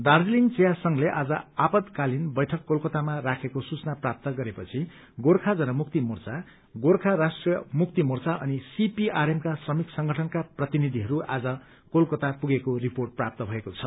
दार्जीलिङ चिया संघले आज आपतकालिन बैठक कोलकतामा राखेको सूचना प्राप्त गरे पछि गोर्खा जनमुक्ति मोर्चा गोर्खा राष्ट्रीय मुक्ति मोर्चा अनि सीपीआरएमका श्रमिक संगठनका प्रतिनिधिहरू आज कोलकता पुगेको रिपोर्ट प्राप्त भएको छ